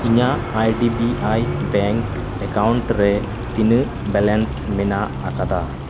ᱤᱧᱟᱹᱜ I D B I bank account ᱨᱮ ᱛᱤᱱᱟᱹᱜ ᱵᱮᱞᱮᱱᱥ ᱢᱮᱱᱟᱜ ᱟᱠᱟᱫᱟ